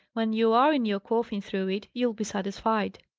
when you are in your coffin, through it, you'll be satisfied.